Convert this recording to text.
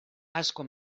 asko